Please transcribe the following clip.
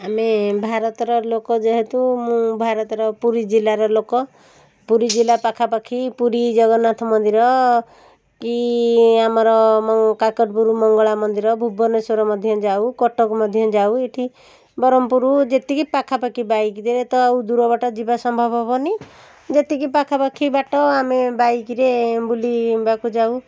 ଆମେ ଭାରତର ଲୋକ ଯେହେତୁ ମୁଁ ଭାରତର ପୁରୀ ଜିଲ୍ଲାର ଲୋକ ପୁରୀ ଜିଲ୍ଲା ପାଖାପାଖି ପୁରୀ ଜଗନ୍ନାଥ ମନ୍ଦିର କି ଆମର କାକଟପୁର ମଙ୍ଗଳା ମନ୍ଦିର ଭୁବନେଶ୍ୱର ମଧ୍ୟ ଯାଉ କଟକ ମଧ୍ୟ ଯାଉ ଏଇଠି ବ୍ରହ୍ମପୁର ଯେତିକି ପାଖାପାଖି ବାଇକରେ ତ ଆଉ ଦୂର ବାଟ ଯିବା ସମ୍ଭବ ହେବନି ଯେତିକି ପାଖାପାଖି ବାଟ ଆମେ ବାଇକରେ ବୁଲିବାକୁ ଯାଉ